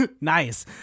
nice